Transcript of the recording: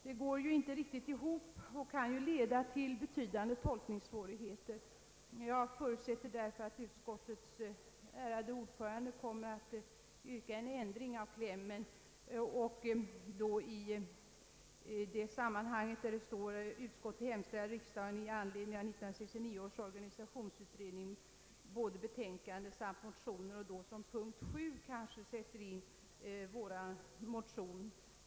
Detta går inte riktigt ihop och kan ju leda till betydande tolkningssvårigheter. Jag förutsätter därför att utskottets ärade ordförande kommer att yrka på en ändring av klämmen i den delen där det står: ”Utskottet hemställer att riksdagen i anledning av 1969 års organisationsutrednings båda betänkanden samt motionerna...” och kanske som punkt 7) sätter in vår motion.